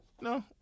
no